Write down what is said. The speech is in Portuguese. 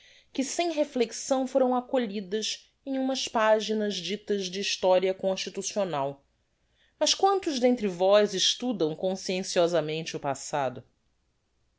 que sem reflexão foram acolhidas em umas paginas ditas de historia constitucional mas quantos dentre vós estudam conscienciosamente o passado